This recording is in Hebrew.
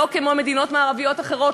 שלא כמו מדינות מערביות אחרות,